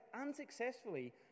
unsuccessfully